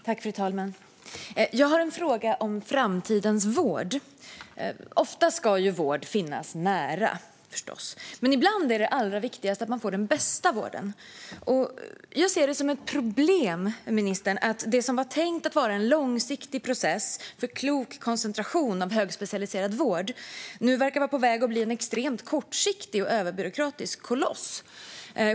Fru talman! Jag har en fråga om framtidens vård. Ofta ska vård finnas nära. Men ibland är det viktigast att man får den bästa vården. Jag ser det som ett problem att det som var tänkt att vara en långsiktig process för klok koncentration av högspecialiserad vård verkar vara på väg att bli en extremt kortsiktig och överbyråkratisk koloss.